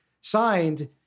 signed